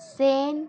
Sen